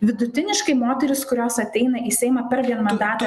vidutiniškai moterys kurios ateina į seimą per vienmandates